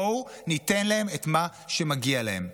בואו ניתן להם את מה שמגיע להם.